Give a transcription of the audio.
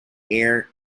air